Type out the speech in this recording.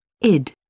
Id